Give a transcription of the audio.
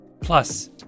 Plus